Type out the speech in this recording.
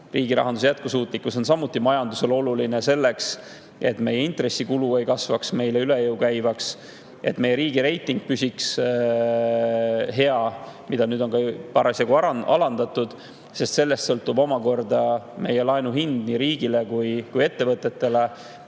Riigirahanduse jätkusuutlikkus on samuti majandusele oluline. Meie intressikulu ei tohi kasvada meile üle jõu käivaks, et meie riigi reiting püsiks hea – seda on juba parasjagu alandatud –, sest sellest sõltub meie laenu hind nii riigile kui ka ettevõtetele.